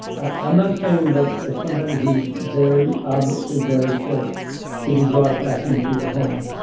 i'm not saying that as somebody who's very obviously very sick should be brought back into your home.